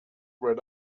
red